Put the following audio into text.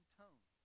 tone